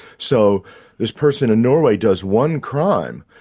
so this person in norway does one crime,